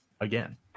Again